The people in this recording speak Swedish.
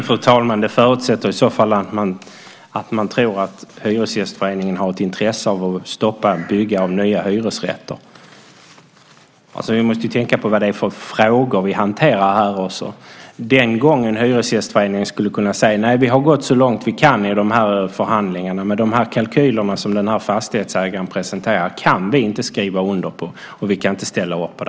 Fru talman! Det förutsätter i så fall att man tror att Hyresgästföreningen har ett intresse av att stoppa byggandet av nya hyresrätter. Vi måste tänka på vad det är för frågor som vi hanterar här. Hyresgästföreningen skulle kunna säga: Nej, vi har gått så långt vi kan i förhandlingarna, men de kalkyler som fastighetsägaren presenterar kan vi inte skriva under på och ställa upp på.